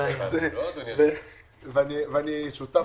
אני שותף לדבריו.